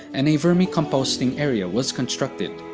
and a vermicomposting area was constructed.